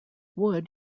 wood